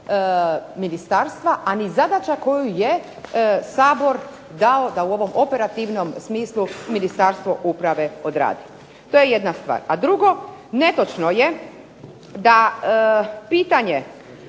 ministarstva, a ni zadaća koju je Sabor dao da u ovom operativnom smislu Ministarstvo uprave odradi. To je jedna stvar. A drugo, netočno je da pitanje